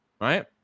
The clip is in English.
right